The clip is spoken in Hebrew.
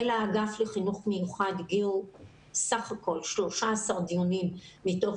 אל האגף לחינוך מיוחד בסך הכול הגיעו 13 דיונים מתוך